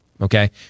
okay